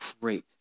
great